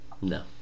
no